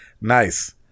nice